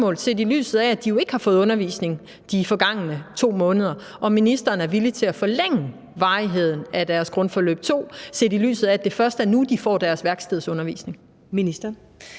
set i lyset af at de jo ikke har fået undervisning de forgangne 2 måneder. Er ministeren villig til at forlænge varigheden af deres grundforløb 2, set i lyset af at det først er nu, de får deres værkstedsundervisning?